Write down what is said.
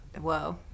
Whoa